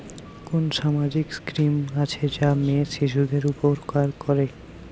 কোন সামাজিক স্কিম আছে যা মেয়ে শিশুদের উপকার করে?